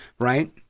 right